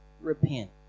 Repent